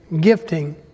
gifting